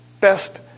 best